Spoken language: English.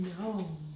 No